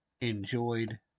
enjoyed